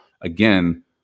Again